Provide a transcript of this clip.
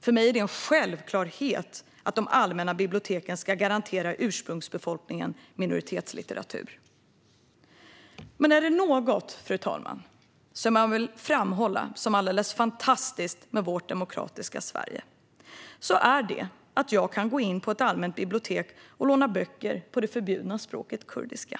För mig är det en självklarhet att de allmänna biblioteken ska garantera ursprungsbefolkningen minoritetslitteratur. Är det något jag vill framhålla som alldeles fantastiskt med vårt demokratiska Sverige, fru talman, är det att jag kan gå in på ett allmänt bibliotek och låna böcker på det förbjudna språket kurdiska.